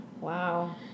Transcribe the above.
Wow